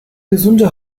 gesunde